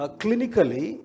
clinically